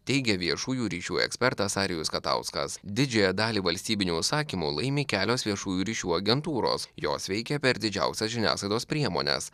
teigė viešųjų ryšių ekspertas arijus katauskas didžiąją dalį valstybinių užsakymų laimi kelios viešųjų ryšių agentūros jos veikia per didžiausias žiniasklaidos priemones